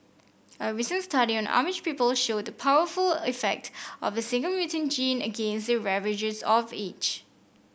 a recent study on Amish people showed the powerful effect of a single mutant gene against the ravages of age